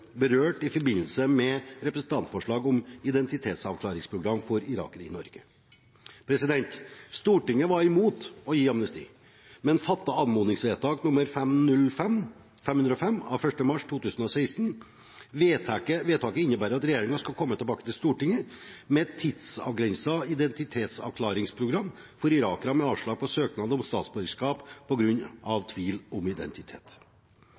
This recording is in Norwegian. berørt i forbindelse med representantforslag om identitetsavklaringsprogram for irakere i Norge. Stortinget var imot å gi amnesti, men fattet anmodningsvedtak 505 av 1. mars 2016. Vedtaket innebærer at regjeringen skal komme tilbake til Stortinget med et tidsavgrenset identitetsavklaringsprogram for irakere med avslag på søknad om statsborgerskap på grunn av tvil om identitet.